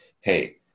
hey